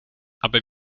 aber